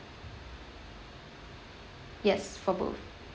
yes for both